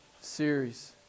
series